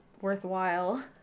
worthwhile